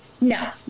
No